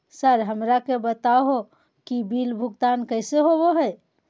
Sir हमरा के बता हो कि बिल भुगतान कैसे होबो है?